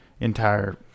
entire